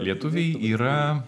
lietuviai yra